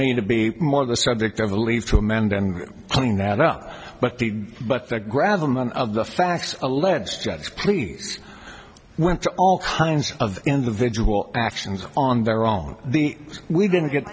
me to be more of the subject i believe to amend and clean that up but the but the gravel none of the facts alleged jets please went to all kinds of individual actions on their own the we didn't get